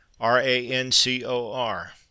R-A-N-C-O-R